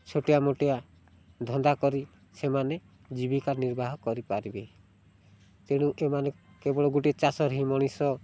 ଛୋଟିଆମୋଟିଆ ଧନ୍ଦା କରି ସେମାନେ ଜୀବିକା ନିର୍ବାହ କରିପାରିବେ ତେଣୁ ଏମାନେ କେବଳ ଗୋଟେ ଚାଷରେ ହିଁ ମଣିଷ